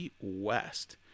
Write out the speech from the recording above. West